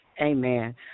Amen